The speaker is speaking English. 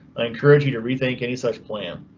i encourage you to rethink any such plan.